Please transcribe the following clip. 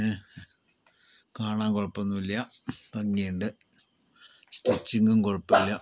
ഏഹ് കാണാൻ കുഴപ്പമൊന്നുമില്ല ഭംഗിയുണ്ട് സ്റ്റിച്ചിങ്ങും കുഴപ്പമില്ല